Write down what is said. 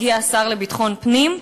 הגיע השר לביטחון פנים,